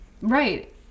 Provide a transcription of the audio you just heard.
Right